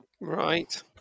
Right